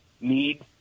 need